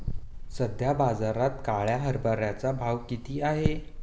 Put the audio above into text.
सध्या बाजारात काळ्या हरभऱ्याचा भाव किती आहे?